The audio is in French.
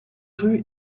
rue